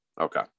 Okay